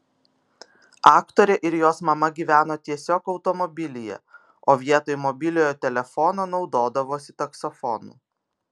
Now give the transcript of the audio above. aktorė ir jos mama gyveno tiesiog automobilyje o vietoj mobiliojo telefono naudodavosi taksofonu